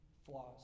flaws